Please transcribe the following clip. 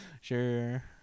Sure